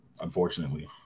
Unfortunately